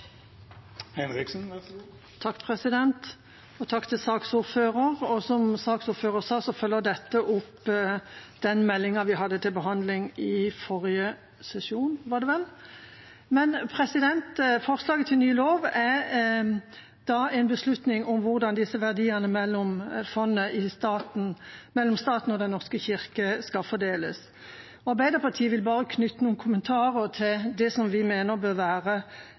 Takk til saksordføreren. Som saksordføreren sa, følger dette opp den meldinga vi hadde til behandling i forrige sesjon, var det vel. Men forslaget til ny lov gjelder en beslutning om hvordan disse verdiene mellom staten og Den norske kirke skal fordeles. Arbeiderpartiet vil bare knytte noen kommentarer til det vi mener bør være